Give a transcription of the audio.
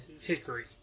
Hickory